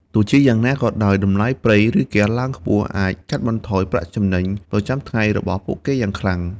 ទោះជាយ៉ាងណាក៏ដោយ តម្លៃប្រេង ឬ ហ្គាសឡើងខ្ពស់អាចកាត់បន្ថយប្រាក់ចំណេញប្រចាំថ្ងៃរបស់ពួកគេយ៉ាងខ្លាំង។